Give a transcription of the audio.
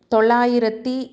தொள்ளாயிரத்தி